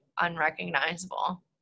unrecognizable